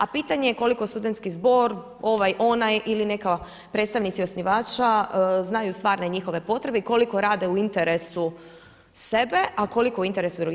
A pitanje je koliko Studentski zbog, ovaj, onaj ili neki predstavnici osnivača znaju stvarne njihove potrebe i koliko rade u interesu sebe, a koliko u interesu drugih.